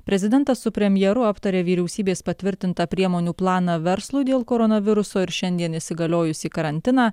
prezidentas su premjeru aptarė vyriausybės patvirtintą priemonių planą verslui dėl koronaviruso ir šiandien įsigaliojusį karantiną